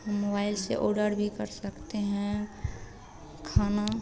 हम मोबाइल से ऑर्डर भी कर सकते हैं खाना